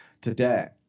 today